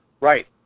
Right